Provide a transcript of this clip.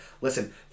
Listen